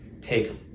take